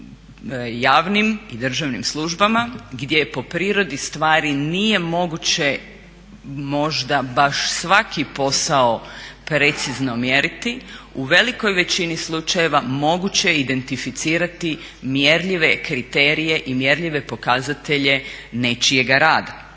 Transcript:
javnim i državnim službama gdje je po prirodi stvari nije moguće možda baš svaki posao precizno mjeriti u velikoj većini slučajeva moguće je identificirati mjerljive kriterije i mjerljive pokazatelje nečijega rada,